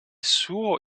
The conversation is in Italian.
suo